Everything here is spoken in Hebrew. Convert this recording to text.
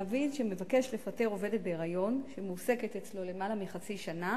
מעביד שמבקש לפטר עובדת בהיריון שמועסקת אצלו למעלה מחצי שנה